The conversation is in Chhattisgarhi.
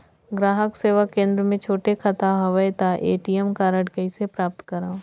ग्राहक सेवा केंद्र मे छोटे खाता हवय त ए.टी.एम कारड कइसे प्राप्त करव?